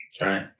Right